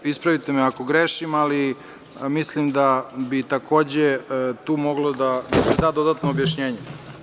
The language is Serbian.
Ispravite me ako grešim, ali mislim da bi, takođe, tu moglo da se da dodatno objašnjenje.